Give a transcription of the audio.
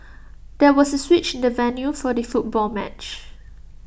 there was A switch in the venue for the football match